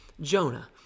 Jonah